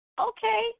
Okay